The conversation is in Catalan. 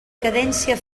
cadència